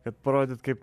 kad parodyt kaip